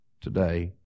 today